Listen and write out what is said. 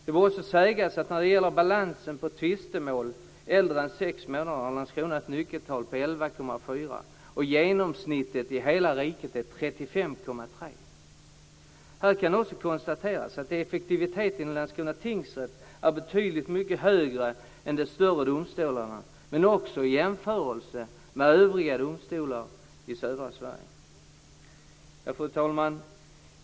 Det bör också sägas att när det gäller balansen på tvistemål äldre än sex månader har Landskrona ett nyckeltal på 11,4. Genomsnittet i hela riket är 35,3. Här kan också konstateras att effektiviteten i Landskrona tingsrätt är betydligt mycket högre än i de större domstolarna, men också i jämförelse med övriga domstolar i södra Fru talman!